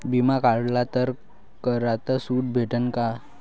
बिमा काढला तर करात सूट भेटन काय?